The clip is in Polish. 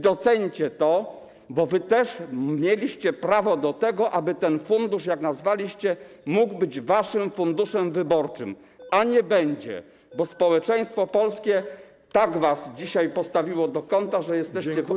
Doceńcie to, bo wy też mieliście prawo do tego, aby ten fundusz, jak go nazwaliście, mógł być waszym funduszem wyborczym, a nie będzie, bo społeczeństwo polskie tak was dzisiaj postawiło do kąta, że jesteście w opozycji.